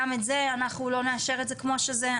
גם את זה אנחנו לא נאשר את זה כמו שזה.